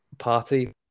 party